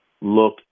look